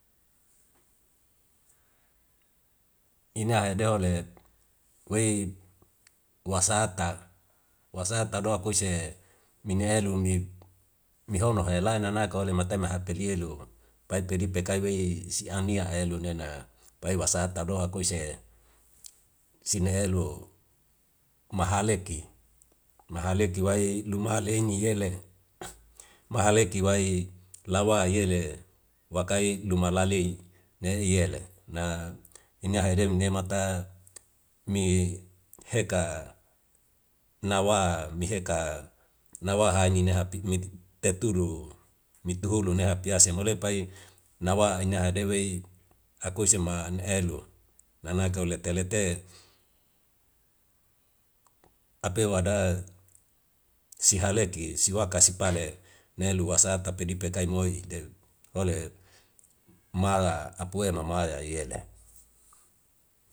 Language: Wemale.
Ina hedole wei wasatak, wasata do akusie min elu mihono haela nana ke ole matai maha peli elu pai pedi pekai wei si ania elu nena pawe wasata do akuise sina elu maha leki. Maha leki wai luma le eni yele, mahaleki wai lawa yele wakai luma lalei ne'i yele na ina hedem nemata mi heka nawa mi heka nawa hai nini hapi mit teturu, mituhulu ne hapiase mo le pai nawa ine hade wei akuise ma an elu nanake lete lete. Apewada si haleki siwaka si pale nelu wasata pedi pekai moi teu ole mala apuwe mamaya yele.